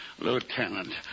Lieutenant